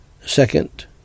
Second